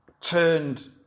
turned